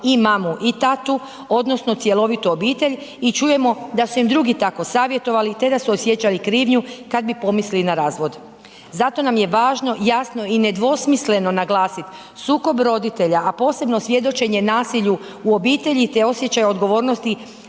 i mamu i tatu odnosno cjelovitu obitelj i čujemo da su im drugi tako savjetovali te da su osjećali krivnju kad bi pomislili na razvod. Zato nam je važno jasno i nedvosmisleno naglasiti, sukob roditelja a posebno svjedočenje nasilju u obitelji te osjećaj odgovornosti